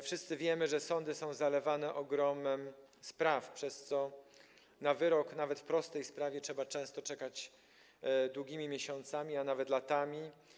Wszyscy wiemy, że sądy są zalewane ogromem spraw, przez co na wyrok, nawet w prostej sprawie, trzeba często czekać długimi miesiącami, a nawet latami.